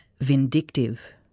vindictive